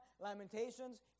Lamentations